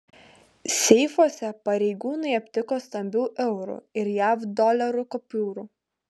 seifuose pareigūnai aptiko stambių eurų ir jav dolerių kupiūrų